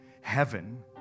Heaven